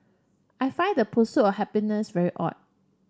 I find the pursuit of happiness very odd